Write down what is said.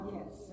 Yes